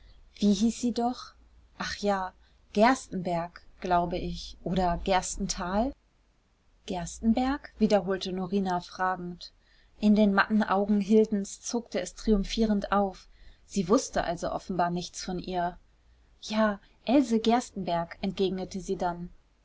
wie hieß sie doch ach ja gerstenbergk glaube ich oder gerstental gerstenbergk wiederholte norina fragend in den matten augen hildens zuckte es triumphierend auf sie wußte also offenbar nichts von ihr ja else gerstenbergk entgegnete sie dann